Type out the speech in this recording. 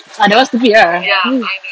ah that one stupid ah